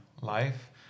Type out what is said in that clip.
life